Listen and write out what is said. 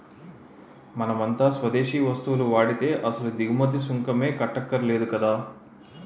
మనమంతా స్వదేశీ వస్తువులు వాడితే అసలు దిగుమతి సుంకమే కట్టక్కర్లేదు కదా